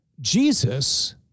Jesus